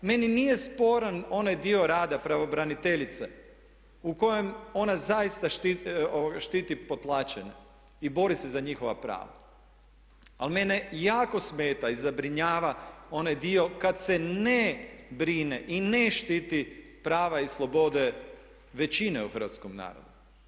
Meni nije sporan onaj dio rada pravobraniteljice u kojem ona zaista štiti potlačene i bori se za njihova prava ali mene jako smeta i zabrinjava onaj dio kad se ne brine i ne štiti prava i slobode većine u Hrvatskom narodu.